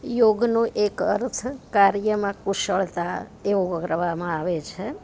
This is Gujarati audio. યોગનો એક અર્થ કાર્યમાં કુશળતા એ ઓરવામાં આવે છે